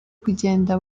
kugenda